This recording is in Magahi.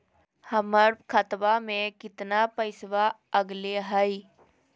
हमर खतवा में कितना पैसवा अगले हई?